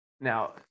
Now